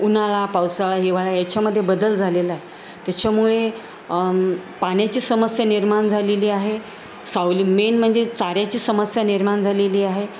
उन्हाळा पावसाळा हिवाळा याच्यामध्ये बदल झालेला आहे त्याच्यामुळे पाण्याची समस्या निर्माण झालेली आहे सावली मेन म्हणजे चाऱ्याची समस्या निर्माण झालेली आहे